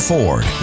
Ford